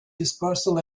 dispersal